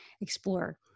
explore